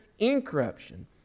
incorruption